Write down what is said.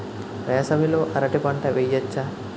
వేసవి లో అరటి పంట వెయ్యొచ్చా?